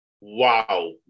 wow